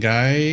Guy